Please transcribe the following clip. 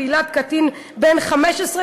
בעילת קטין בן 15,